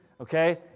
Okay